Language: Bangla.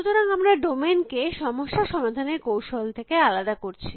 সুতরাং আমরা ডোমেইন কে সমস্যা সমাধানের কৌশল থেকে আলাদা করছি